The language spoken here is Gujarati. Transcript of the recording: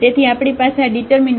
તેથી આપણી પાસે આ ડિટર્મિનન્ટ છે